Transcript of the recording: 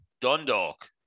Dundalk